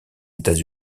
états